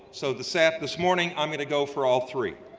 so this ah this morning, i'm gonna go for all three.